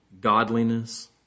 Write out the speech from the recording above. godliness